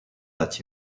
that